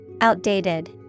Outdated